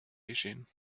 geschehen